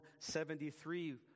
73